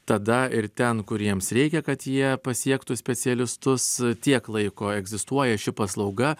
tada ir ten kur jiems reikia kad jie pasiektų specialistus tiek laiko egzistuoja ši paslauga